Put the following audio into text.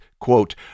quote